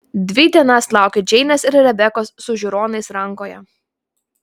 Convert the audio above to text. dvi dienas laukiu džeinės ir rebekos su žiūronais rankoje